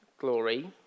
glory